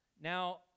Now